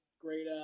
great